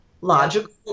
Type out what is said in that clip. logical